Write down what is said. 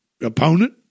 opponent